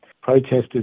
protesters